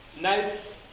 nice